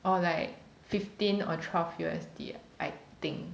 or like fifteen or twelve U_S_D lah I think